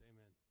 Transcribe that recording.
Amen